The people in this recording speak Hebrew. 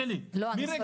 ממש לא.